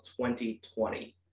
2020